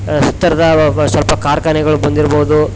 ಸುತ್ವರ್ದು ಸ್ವಲ್ಪ ಕಾರ್ಖಾನೆಗಳು ಬಂದಿರ್ಬೋದು